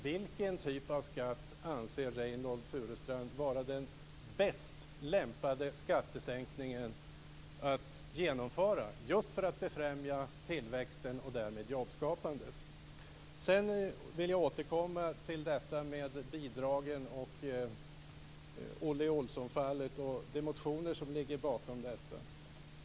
Vilken typ av skattesänkning anser Reynoldh Furustrand vara lämpligast för att befrämja tillväxten och därmed jobbskapandet? Jag vill vidare återkomma till bidragen, Olle Olsson-fallet och motionerna om detta.